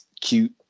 cute